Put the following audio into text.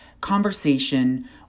conversation